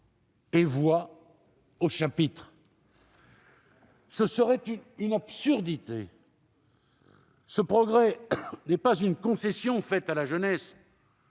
voix au chapitre ? Ce serait une absurdité ! Ce progrès est non pas une concession faite à la jeunesse,